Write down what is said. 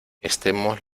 estemos